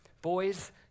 Boys